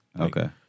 Okay